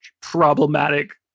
problematic